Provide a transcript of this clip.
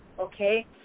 okay